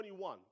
21